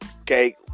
Okay